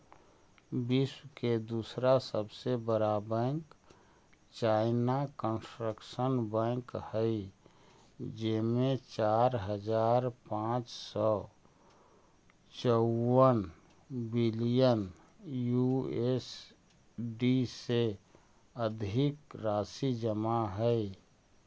विश्व के दूसरा सबसे बड़ा बैंक चाइना कंस्ट्रक्शन बैंक हइ जेमें चार हज़ार पाँच सौ चउवन बिलियन यू.एस.डी से अधिक राशि जमा हइ